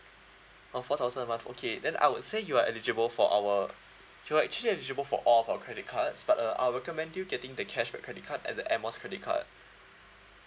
oh four thousand a month okay then I would say you are eligible for our you're actually eligible for all of our credit cards but uh I'll recommend you getting the cashback credit card and the air miles credit card